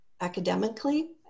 academically